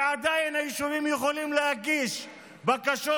ועדיין היישובים יכולים להגיש בקשות